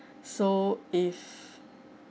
so if